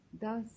thus